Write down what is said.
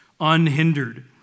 unhindered